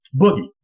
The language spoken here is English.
boogie